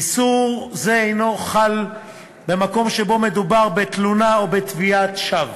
איסור זה אינו חל במקום שבו מדובר בתלונה או בתביעת שווא.